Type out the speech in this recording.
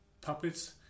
puppets